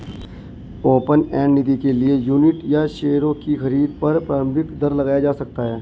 open end निधि के लिए यूनिट या शेयरों की खरीद पर प्रारम्भिक दर लगाया जा सकता है